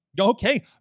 okay